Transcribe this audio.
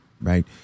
Right